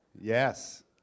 yes